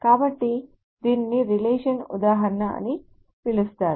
కాబట్టి దీనిని రిలేషన్ ఉదాహరణ అని పిలుస్తారు